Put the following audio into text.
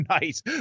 nice